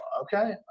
Okay